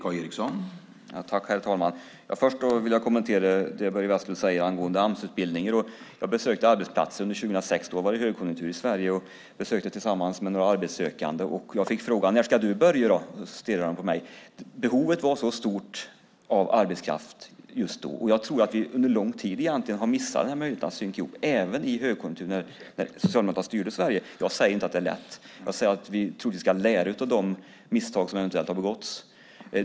Herr talman! Först vill jag kommentera det Börje Vestlund säger angående Amsutbildningar. Jag besökte arbetsplatser under 2006. Då var det högkonjunktur i Sverige. Jag gjorde besök tillsammans med några arbetssökande och fick frågan: När ska du börja då? De stirrade på mig. Behovet av arbetskraft var så stort just då. Jag tror egentligen att vi under lång tid har missat möjligheten att synka ihop, även i högkonjunktur, när Socialdemokraterna styrde Sverige. Jag säger inte att det är lätt. Jag säger att jag tror att vi ska lära av de misstag som eventuellt har begåtts.